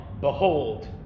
behold